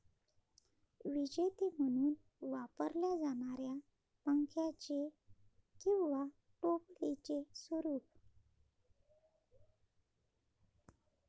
विजेते म्हणून वापरल्या जाणाऱ्या पंख्याचे किंवा टोपलीचे स्वरूप